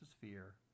fear